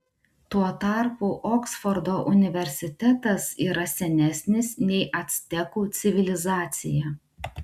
tuo tarpu oksfordo universitetas yra senesnis nei actekų civilizacija